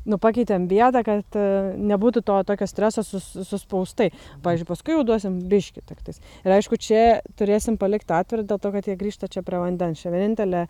nu pakeitėm vietą kad e nebūtų to tokio streso su su suspaustai pavyzdžiui paskui jau duosim biškį tiktais ir aišku čia turėsim palikt atvirą dėl to kad jie grįžta čia prie vandens čia vienintelė